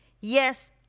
yes